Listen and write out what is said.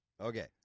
okay